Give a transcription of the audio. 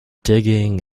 digging